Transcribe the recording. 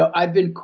i've been,